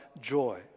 joy